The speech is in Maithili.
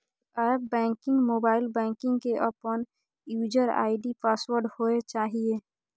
एप्प बैंकिंग, मोबाइल बैंकिंग के अपन यूजर आई.डी पासवर्ड होय चाहिए